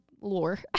lore